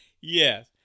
Yes